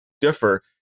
differ